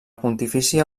pontifícia